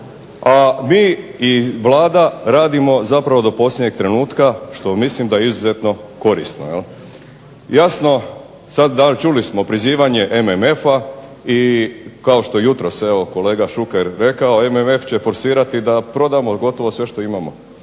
a mi i Vlada radimo do posljednjeg trenutka što mislim da je izuzetno korisno. Jasno čuli smo prizivanje MMF-a i kao što je jutros kolega Šuker rekao MMF će forsirati da prodamo gotovo sve što imamo